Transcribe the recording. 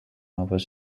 was